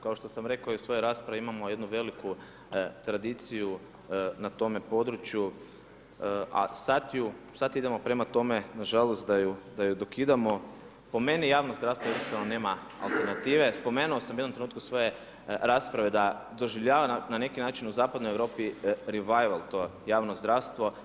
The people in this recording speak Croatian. Kao što sam rekao i u svoj raspravi imamo jednu veliku tradiciju na tome području, a sad ju, sad idemo prema tome na žalost da ju dokidamo, po meni javno zdravstvo iskreno nema alternative, spomenuo sam u jednom trenutku svoje rasprave da doživljava na neki način u Zapadnoj Europi revival to javno zdravstvo.